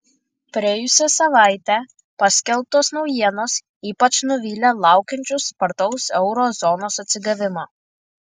praėjusią savaitę paskelbtos naujienos ypač nuvylė laukiančius spartaus euro zonos atsigavimo